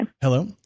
Hello